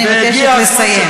אני מבקשת לסיים.